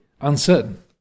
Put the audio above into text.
uncertain